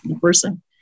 person